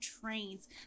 trains